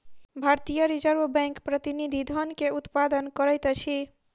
भारतीय reserve bank प्रतिनिधि धन के उत्पादन करैत अछि